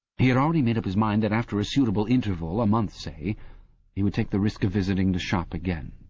he had already made up his mind that after a suitable interval a month, say he would take the risk of visiting the shop again.